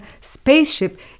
spaceship